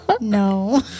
No